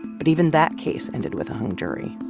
but even that case ended with a hung jury.